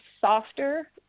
softer